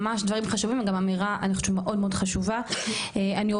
ממש דברים חשובים וגם אמירה אני חושבת שמאוד מאוד חשובה.